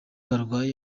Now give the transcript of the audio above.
barwaye